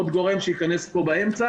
עורך דין, עוד גורם שייכנס פה באמצע.